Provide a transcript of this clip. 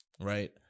Right